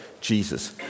Jesus